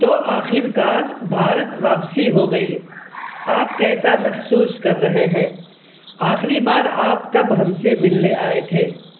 تو آخر کار بھارت واپسی ہو گئی آپ کیسا محسوس کر رہے ہیں آخری بار آپ کب ہم سے ملنے آئے تھے